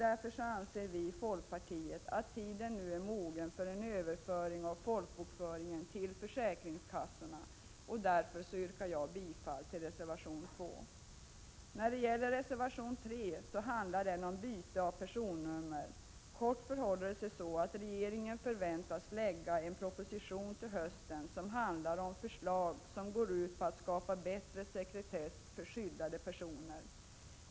Därför anser folkpartiet att tiden nu är mogen för en överföring av folkbokföringen till försäkringskassorna, och jag yrkar bifall till reservation 2. Reservation 3 handlar om byte av personnummer. Kortfattat förhåller det sig så att regeringen till hösten väntas lägga fram en proposition som handlar om förslag som går ut på att skapa bättre sekretess för skyddade personer.